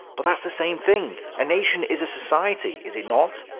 but that's the same thing. a nation is a society, is it not?